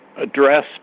address